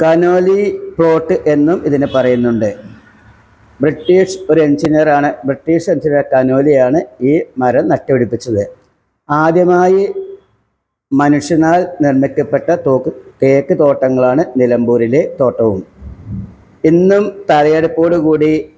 Conolly plot എന്നും ഇതിനെ പറയുന്നുണ്ട് ബ്രിട്ടീഷ് ഒരു എഞ്ചിനീയറാണ് ബ്രിട്ടീഷ് എഞ്ചിനീയർ കനോലി ആണ് ഈ മരം നട്ട് പിടിപ്പിച്ചത് ആദ്യമായി മനുഷ്യനാൽ നിർമ്മിക്കപ്പെട്ട തേക്ക് തേക്ക് തോട്ടങ്ങളാണ് നിലമ്പൂരിലെ തോട്ടവും ഇന്നും തലയെടുപ്പോട് കൂടി